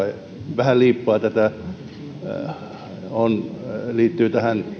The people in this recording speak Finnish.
vähän liippaa tätä ja liittyy